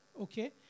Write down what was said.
okay